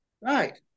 Right